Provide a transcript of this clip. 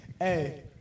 Hey